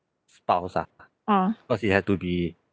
spouse ah cause it had to be